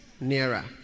nearer